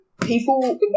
people